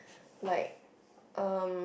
like um